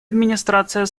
администрация